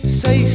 say